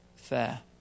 fair